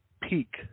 peak